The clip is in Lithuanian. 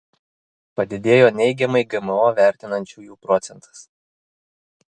padidėjo neigiamai gmo vertinančiųjų procentas